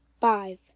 five